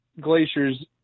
Glacier's